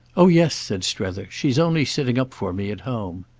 oh yes, said strether she's only sitting up for me at home.